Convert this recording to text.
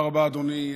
תודה רבה לכם.